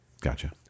Gotcha